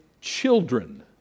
children